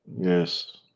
yes